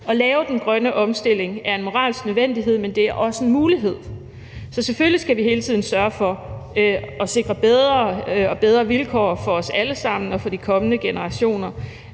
At lave den grønne omstilling er en moralsk nødvendighed, men det er også en mulighed. Så selvfølgelig skal vi hele tiden sørge for at sikre bedre og bedre vilkår for os alle sammen og for de kommende generationer,